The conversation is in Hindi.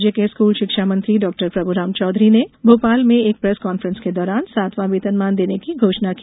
राज्य के स्कूल शिक्षा मंत्री डॉ प्रभुराम चौधरी ने भोपाल में एक प्रेस कॉन्फ्रेंस के दौरान सातवां वेतनमान देने की घोषणा की